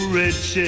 rich